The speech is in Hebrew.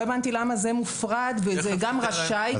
לא הבנתי למה זה מופרד וזה גם רשאי.